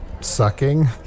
sucking